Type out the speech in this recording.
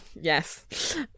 yes